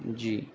جی